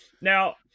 Now